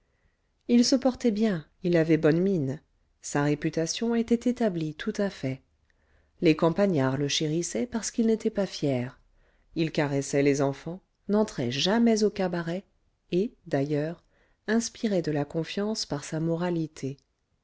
il se portait bien il avait bonne mine sa réputation était établie tout à fait les campagnards le chérissaient parce qu'il n'était pas fier il caressait les enfants n'entrait jamais au cabaret et d'ailleurs inspirait de la confiance par sa moralité